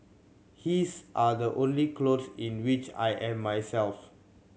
his are the only clothes in which I am myself